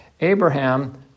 Abraham